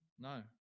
No